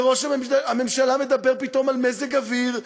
וראש הממשלה מדבר פתאום על מזג אוויר,